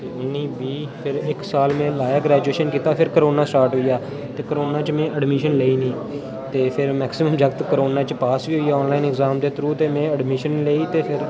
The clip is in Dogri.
उन्नी बीह् फिर इक साल में लाया ग्रेजुएशन कीता फिर कोरोना स्टार्ट होई गेआ ते करोना च में एडमिशन लेई नी ते फिर मैक्सिमम जागत करोना च पास वि होइए ऑनलाइन एग्जाम दे थरु ते में एडमिशन नी लेई ते फिर